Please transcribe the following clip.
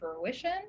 fruition